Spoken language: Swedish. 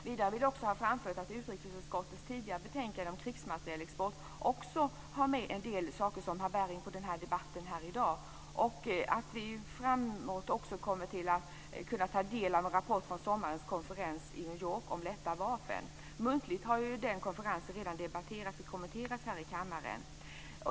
Vidare har också utrikesutskottets tidigare betänkande om krigsmaterielexport med en del saker som har bäring på debatten här i dag. Framöver kommer vi att kunna ta del av en rapport från sommarens konferens i New York om lätta vapen. Den konferensen har redan debatterats och kommenterats här i kammaren.